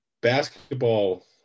basketball